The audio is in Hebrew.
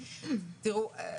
תראו,